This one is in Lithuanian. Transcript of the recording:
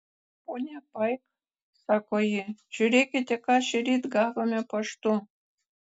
ponia paik sako ji žiūrėkite ką šįryt gavome paštu